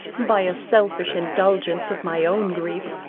by a selfish indulgence of my own grief,